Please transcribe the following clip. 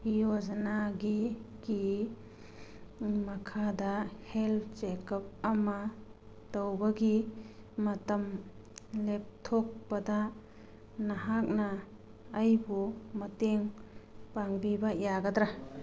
ꯌꯣꯖꯅꯥꯒꯤ ꯀꯤ ꯃꯈꯥꯗ ꯍꯦꯜꯊ ꯆꯦꯛ ꯑꯞ ꯑꯃ ꯇꯧꯕꯒꯤ ꯃꯇꯝ ꯂꯦꯞꯊꯣꯛꯄꯗ ꯅꯍꯥꯛꯅ ꯑꯩꯕꯨ ꯃꯇꯦꯡ ꯄꯥꯡꯕꯤꯕ ꯌꯥꯒꯗ꯭ꯔꯥ